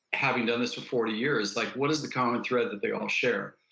having done this for forty years, like what is the common thread that they all share?